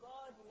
God